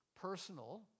personal